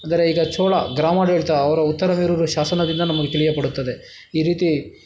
ಅಂದರೆ ಈಗ ಚೋಳ ಗ್ರಾಮಾಡಳಿತ ಅವರ ಉತ್ತರವಿರೂರು ಶಾಸನದಿಂದ ನಮಗೆ ತಿಳಿಯಪಡುತ್ತದೆ ಈ ರೀತಿ